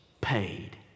paid